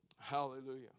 Hallelujah